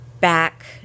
back